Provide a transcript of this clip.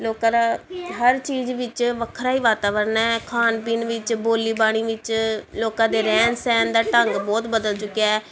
ਲੋਕਾਂ ਦਾ ਹਰ ਚੀਜ਼ ਵਿੱਚ ਵੱਖਰਾ ਹੀ ਵਾਤਾਵਰਣ ਹੈ ਖਾਣ ਪੀਣ ਵਿੱਚ ਬੋਲੀ ਬਾਣੀ ਵਿੱਚ ਲੋਕਾਂ ਦੇ ਰਹਿਣ ਸਹਿਣ ਦਾ ਢੰਗ ਬਹੁਤ ਬਦਲ ਚੁੱਕਿਆ